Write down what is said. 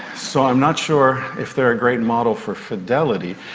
so i'm not sure if they are a great model for fidelity.